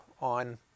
on